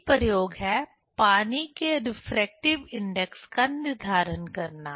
एक प्रयोग है पानी के रिफ्रैक्टिव इंडेक्स का निर्धारण करना